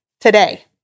today